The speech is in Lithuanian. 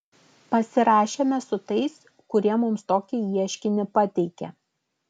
pasirašėme su tais kurie mums tokį ieškinį pateikė